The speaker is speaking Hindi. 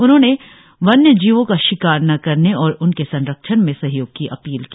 उन्होंने वन्य जीवो का शिकार न करने और उनके संरक्षण में सहयोग की अपील की